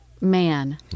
man